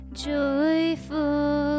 Joyful